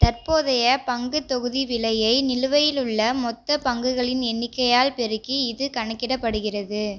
தற்போதைய பங்குத் தொகுதி விலையை நிலுவையிலுள்ள மொத்தப் பங்குகளின் எண்ணிக்கையால் பெருக்கி இது கணக்கிடப்படுகிறது